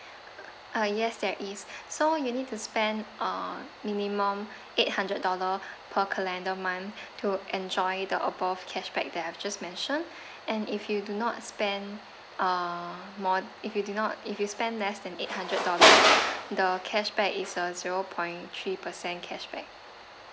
uh yes there is so you need to spend uh minimum eight hundred dollar per calendar month to enjoy the above cashback that I have just mentioned and if you do not spend uh more if you do not if you spend less than eight hundred dollar the cashback is uh zero point three percent cashback